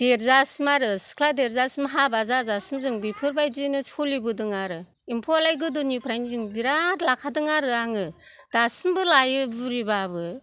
देरजासिम आरो सिख्ला देरजासिम हाबा जाजासिम जों बेफोरबायदिनो सलिबोदों आरो एम्फौआलाय गोदोनिफ्रायनो आङो बिराद लाखादों आङो दासिमबो लायो बुरिबाबो